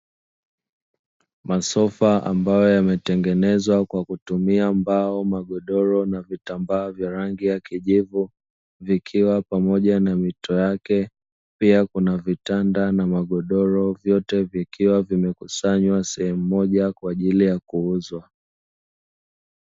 Masofa ambayo yametengenezwa kwa kutumia mbao, magodoro na vitambaa vya rangi ya kijivu, vikiwa pamoja na mito pia kuna vitanda na magondoro vyote vikiwa vimekusanywa sehemu moja kwa ajili ya kuuzwa.